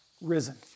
risen